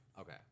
Okay